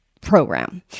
program